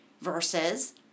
versus